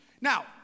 Now